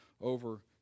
over